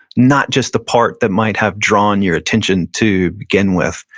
not just the part that might have drawn your attention to begin with.